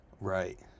Right